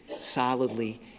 solidly